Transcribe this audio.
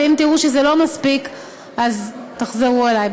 ואם תראו שזה לא מספיק אז תחזרו אליי.